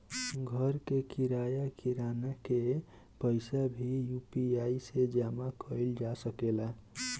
घर के किराया, किराना के पइसा भी यु.पी.आई से जामा कईल जा सकेला